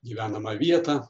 gyvenamą vietą